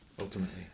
Ultimately